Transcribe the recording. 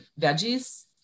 veggies